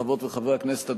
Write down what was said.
חברות וחברי הכנסת,